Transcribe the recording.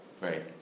right